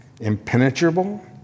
impenetrable